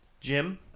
Jim